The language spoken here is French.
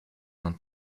d’un